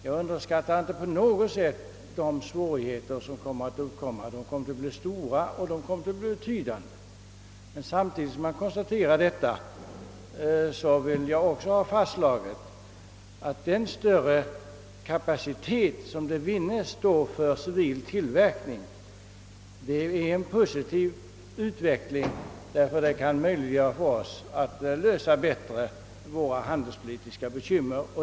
Jag underskattar inte på något sätt de svårigheter som kommer att uppstå; de blir stora och betydande. Men samtidigt som jag konstaterar detta vill jag också fastslå, att den större kapacitet som vinnes kan användas för civil tillverkning. Det är en positiv utveckling, ty den kan möjliggöra för oss att bättre lösa våra handelspolitiska bekymmer.